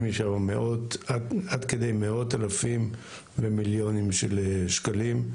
משם עד כדי מאות אלפים ומיליונים של שקלים,